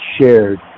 shared